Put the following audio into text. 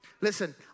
Listen